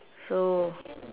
so